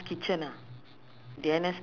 okay you know where aiman